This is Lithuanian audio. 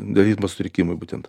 ritmo sutrikimui būtent